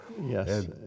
Yes